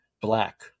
Black